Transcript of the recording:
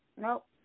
Nope